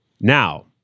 Now